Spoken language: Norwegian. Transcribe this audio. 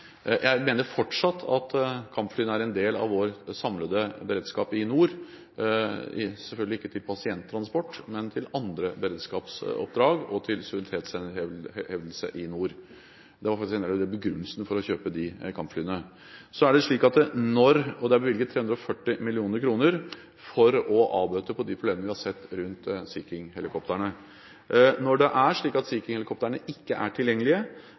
Jeg mener fortsatt at kampflyene er en del av vår samlede beredskap i nord – selvfølgelig ikke til pasienttransport, men til andre beredskapsoppdrag og til suverenitetshevdelse i nord. Det er begrunnelsen for å kjøpe disse kampflyene. Det er bevilget 340 mill. kr til å avbøte på de problemene vi har sett når det gjelder Sea King-helikoptrene. Når Sea King-helikoptrene ikke er tilgjengelige,